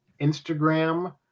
Instagram